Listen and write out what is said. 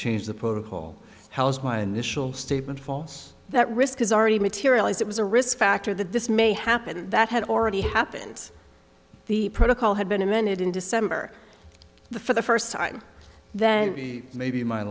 changed the protocol how is my initial statement false that risk has already materialized it was a risk factor that this may happen that had already happened the protocol had been amended in december the for the first time then maybe my